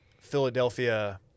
Philadelphia